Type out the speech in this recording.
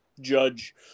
judge